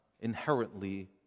inherently